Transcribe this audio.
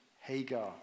Hagar